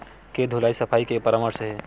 के धुलाई सफाई के का परामर्श हे?